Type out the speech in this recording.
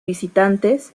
visitantes